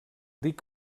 dic